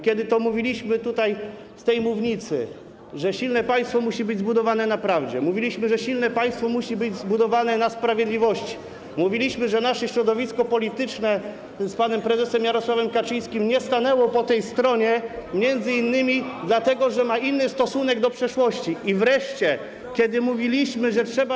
Kiedy to mówiliśmy tutaj, z tej mównicy, że silne państwo musi być zbudowane na prawdzie, mówiliśmy, że silne państwo musi być zbudowane na sprawiedliwości, mówiliśmy, że nasze środowisko polityczne z panem prezesem Jarosławem Kaczyńskim nie stanęło po tej stronie m.in. dlatego, że ma inny stosunek do przeszłości, wreszcie kiedy mówiliśmy, że trzeba.